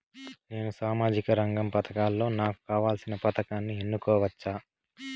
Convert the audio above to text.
నేను సామాజిక రంగ పథకాలలో నాకు కావాల్సిన పథకాన్ని ఎన్నుకోవచ్చా?